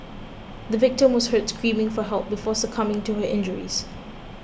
the victim was heard screaming for help before succumbing to her injuries